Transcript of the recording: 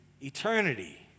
eternity